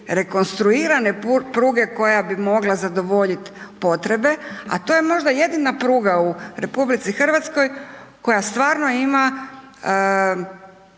rekonstruirane pruge koja bi mogla zadovoljiti potrebe, a to je možda jedina pruga u RH koja stvarno ima